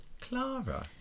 Clara